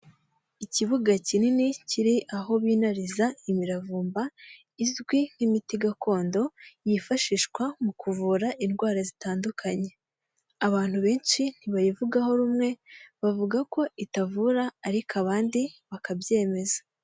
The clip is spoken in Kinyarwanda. Ikibuga kinini kiri aho binariza imiravumba izwi nk'imiti gakondo, yifashishwa mu kuvura indwara zitandukanye. Abantu benshi ntibayivugaho rumwe, bavuga ko itavura ariko abandi bakabyemeza.